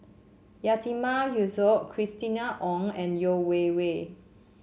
Yatiman Yusof Christina Ong and Yeo Wei Wei